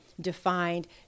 defined